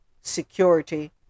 security